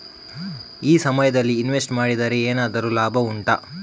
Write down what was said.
ಈ ಸಮಯದಲ್ಲಿ ಇನ್ವೆಸ್ಟ್ ಮಾಡಿದರೆ ಏನಾದರೂ ಲಾಭ ಉಂಟಾ